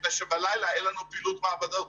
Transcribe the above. מפני שבלילה אין לנו פעילות מעבדות